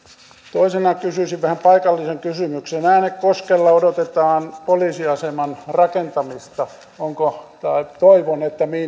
toisena kysyisin vähän paikallisen kysymyksen äänekoskella odotetaan poliisiaseman rakentamista toivon että